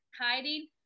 hiding